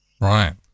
Right